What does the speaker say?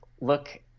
look